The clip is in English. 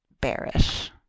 Bearish